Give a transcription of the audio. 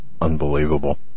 Unbelievable